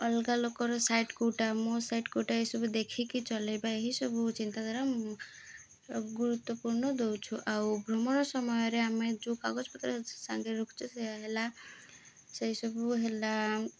ଅଲଗା ଲୋକର ସାଇଟ୍ କେଉଁଟା ମୋ ସାଇଟ୍ କେଉଁଟା ଏସବୁ ଦେଖିକି ଚଲେଇବା ଏହିସବୁ ଚିନ୍ତା ଦ୍ୱାରା ମୁଁ ଗୁରୁତ୍ୱପୂର୍ଣ୍ଣ ଦଉଛୁ ଆଉ ଭ୍ରମଣ ସମୟରେ ଆମେ ଯେଉଁ କାଗଜପତ୍ର ସାଙ୍ଗେ ରୁଖୁଛୁ ସେ ହେଲା ସେଇସବୁ ହେଲା